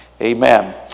Amen